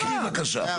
גלעד, תקריא, בבקשה.